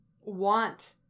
want